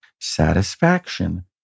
satisfaction